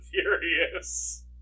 Furious